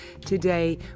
Today